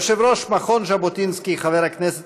יושב-ראש מכון ז'בוטינסקי חבר הכנסת